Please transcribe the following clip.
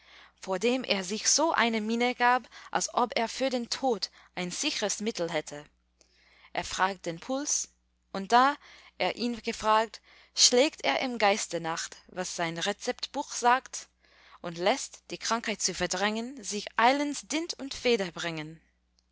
vor dem er sich so eine miene gab als ob er für den tod ein sichres mittel hätte er fragt den puls und da er ihn gefragt schlägt er im geiste nach was sein rezeptbuch sagt und läßt die krankheit zu verdrängen sich eilends dint und feder bringen